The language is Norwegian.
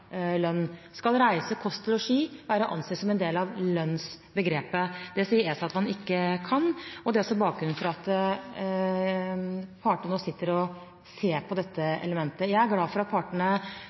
en del av lønnsbegrepet? Det sier ESA at man ikke kan, og det er også bakgrunnen for at partene nå sitter og ser på dette elementet. Jeg er glad for at partene